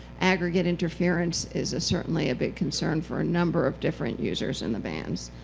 aggregate interference is certainly a big concern for a number of different users in the bands.